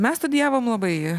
mes studijavom labai